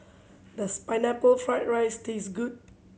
does Pineapple Fried rice taste good